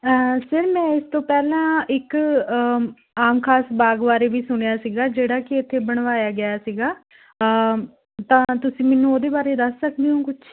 sir ਮੈਂ ਇਸ ਤੋਂ ਪਹਿਲਾਂ ਇੱਕ ਆਮ ਖਾਸ ਬਾਗ ਬਾਰੇ ਵੀ ਸੁਣਿਆ ਸੀਗਾ ਜਿਹੜਾ ਕਿ ਇੱਥੇ ਬਣਵਾਇਆ ਗਿਆ ਸੀਗਾ ਤਾਂ ਤੁਸੀਂ ਮੈਨੂੰ ਉਹਦੇ ਬਾਰੇ ਦੱਸ ਸਕਦੇ ਹੋ ਕੁਛ